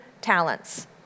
talents